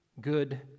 good